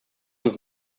uns